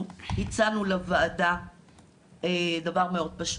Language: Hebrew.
אנחנו הצענו לוועדה דבר מאוד פשוט,